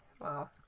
Wow